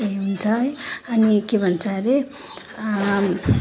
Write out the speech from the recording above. ए हुन्छ है अनि के भन्छ अरे